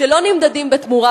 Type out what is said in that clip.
שלא נמדדים בתמורה,